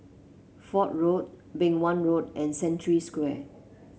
Fort Road Beng Wan Road and Century Square